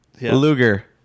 Luger